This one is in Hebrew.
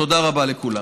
תודה רבה לכולם.